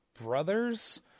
brothers